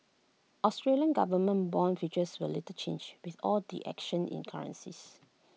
Australian government Bond futures were little changed with all the action in currencies